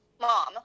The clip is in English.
mom